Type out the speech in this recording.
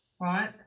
right